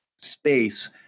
space